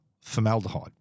formaldehyde